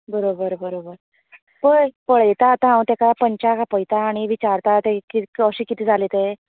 बरोबर बरोबर पळय पळयता आतां हांव तेका पंचाक आपयता आनी विचारता थंय कशें कितें जालें तें